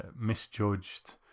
misjudged